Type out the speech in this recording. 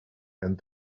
and